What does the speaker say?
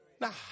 Now